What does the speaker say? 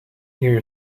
here